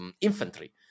infantry